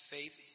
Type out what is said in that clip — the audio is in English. Faith